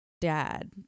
dad